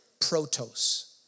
protos